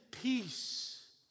peace